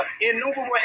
innumerable